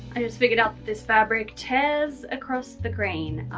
i just figured out that this fabric tears across the grain,